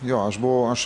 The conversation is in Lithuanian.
jo aš buvau aš